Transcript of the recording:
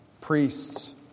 Priests